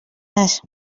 nas